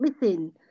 missing